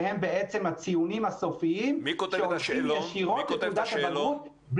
שהם בעצם הציונים הסופיים שהולכים ישירות לתעודת הבגרות,